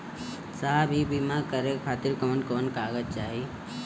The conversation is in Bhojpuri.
साहब इ बीमा करें खातिर कवन कवन कागज चाही?